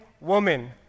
woman